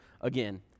again